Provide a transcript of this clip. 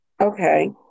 Okay